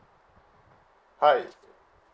hi